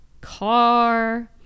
car